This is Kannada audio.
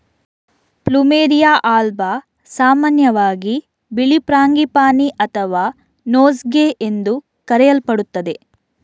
ಪ್ಲುಮೆರಿಯಾ ಆಲ್ಬಾ ಸಾಮಾನ್ಯವಾಗಿ ಬಿಳಿ ಫ್ರಾಂಗಿಪಾನಿ ಅಥವಾ ನೋಸ್ಗೇ ಎಂದು ಕರೆಯಲ್ಪಡುತ್ತದೆ